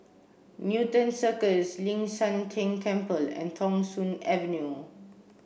Newton Cirus Ling San Teng Temple and Thong Soon Avenue